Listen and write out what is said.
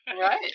Right